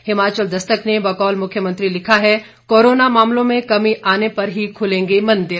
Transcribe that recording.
हिमाचल दस्तक ने बकौल मुख्यमंत्री लिखा है कोरोना मामलों में कमी आने पर ही खुलेंगे मंदिर